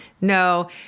No